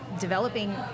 Developing